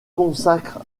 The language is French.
consacre